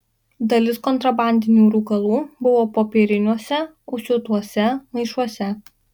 dalis kontrabandinių rūkalų buvo popieriniuose užsiūtuose maišuose